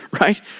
right